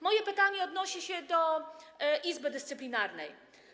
Moje pytanie odnosi się do Izby Dyscyplinarnej.